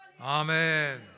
Amen